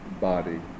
body